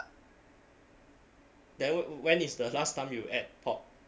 that w~ when is the last time you ate pork